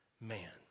man